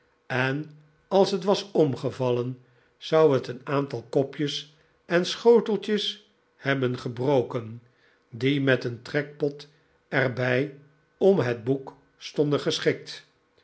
en als het was omgevallen zou het een aantal kopjes en schoteltjes hebben gebroken die met een trekpot er bij om het boek stonden geschikt